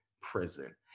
prison